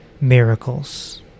miracles